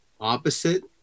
opposite